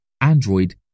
Android